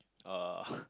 uh